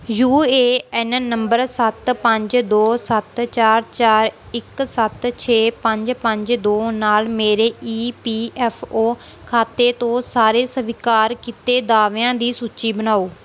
you A N number ਸੱਤ ਪੰਜ ਦੋ ਸੱਤ ਚਾਰ ਚਾਰ ਇੱਕ ਸੱਤ ਛੇ ਪੰਜ ਪੰਜ ਦੋ ਨਾਲ ਮੇਰੇ ਈ ਪੀ ਐੱਫ ਓ ਖਾਤੇ ਤੋਂ ਸਾਰੇ ਸਵੀਕਾਰ ਕੀਤੇ ਦਾਅਵਿਆਂ ਦੀ ਸੂਚੀ ਬਣਾਓ